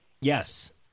Yes